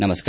नमस्कार